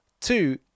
Two